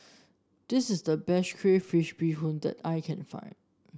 this is the best Crayfish Beehoon that I can find